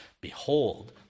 Behold